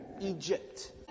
Egypt